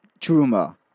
truma